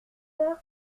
peur